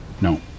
No